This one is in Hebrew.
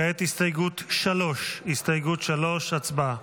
כעת הסתייגות 3, הצבעה.